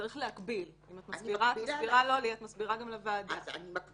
צריך להקביל, את מסבירה גם לוועדה ולא רק לי.